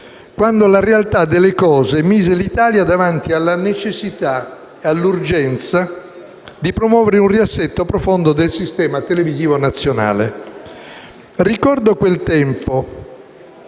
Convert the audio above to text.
quando la realtà delle cose mise l'Italia davanti alla necessità e all'urgenza di promuovere un riassetto profondo del sistema televisivo nazionale. Ricordo quel tempo